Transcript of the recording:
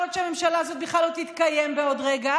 ויכול להיות שהממשלה הזאת בכלל לא תתקיים בעוד רגע,